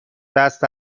دست